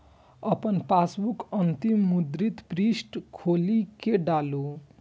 अपन पासबुकक अंतिम मुद्रित पृष्ठ खोलि कें डालू